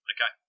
Okay